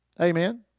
Amen